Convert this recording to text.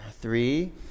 Three